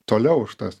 toliau už tas